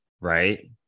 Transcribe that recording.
right